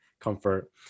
comfort